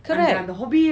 correct